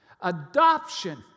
adoption